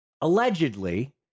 allegedly